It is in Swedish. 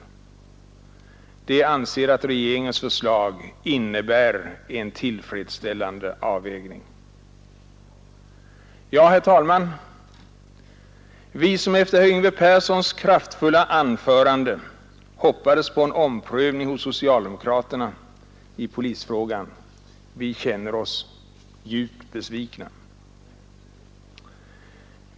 Majoriteten anser att regeringens förslag innebär en tillfredsställande avvägning! Herr talman! Vi som efter herr Yngve Perssons kraftfulla anförande hoppades på en omprövning hos socialdemokraterna i polisfrågan känner oss djupt besvikna.